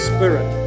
Spirit